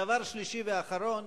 דבר שלישי ואחרון,